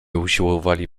usiłowali